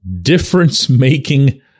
difference-making